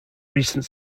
recent